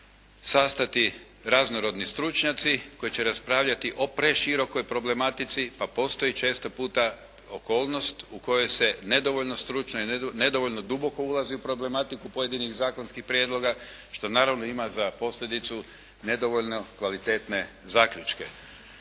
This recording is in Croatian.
sastati raznorodni stručnjaci koji će raspravljati o preširokoj problematici, pa postoji često puta okolnost u kojoj se nedovoljno stručno i nedovoljno duboko ulazi u problematiku pojedinih zakonskih prijedloga što naravno ima za posljedicu nedovoljno kvalitetne zaključke.